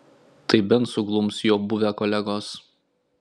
tai bent suglums jo buvę kolegos